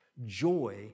Joy